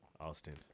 Austin